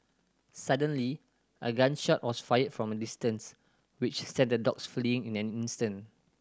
suddenly a gun shot was fired from a distance which sent the dogs fleeing in an instant